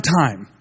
time